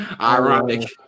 Ironic